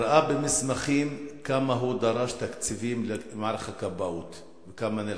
הראה במסמכים כמה הוא דרש תקציבים למערך הכבאות וכמה נלחם.